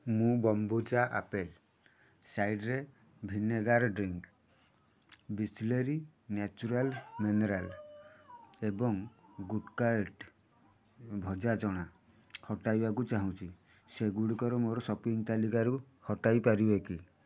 ମୁଁ kombucha apple cider vinegar drink Bisleri natural mineral ଏବଂ good diet ଭଜା ଚଣା ହଟାଇବାକୁ ଚାହୁଁଛି ସେଗୁଡ଼ିକର ମୋର ସପିଂ ତାଲିକାରୁ ହଟାଇ ପାରିବେ କି